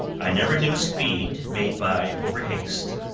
i never knew speed made by overhaste.